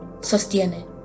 Sostiene